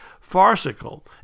farcical